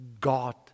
God